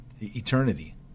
Eternity